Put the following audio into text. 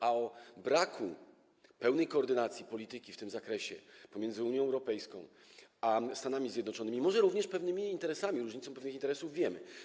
A o braku pełnej koordynacji polityki w tym zakresie pomiędzy Unią Europejską a Stanami Zjednoczonymi, może również wynikającym z pewnych interesów, różnicy pewnych interesów, wiemy.